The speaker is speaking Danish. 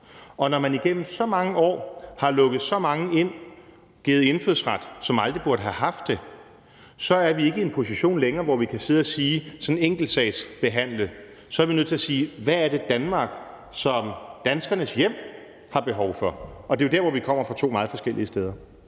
Og når man igennem så mange år har lukket så mange ind, givet indfødsret til nogle, som aldrig burde have haft det, så er vi ikke længere i en position, hvor vi kan sidde og sådan enkeltsagsbehandle. Så er vi nødt til at spørge: Hvad er det, Danmark som danskernes hjem har behov for? Det er jo der, vi står to meget forskellige steder.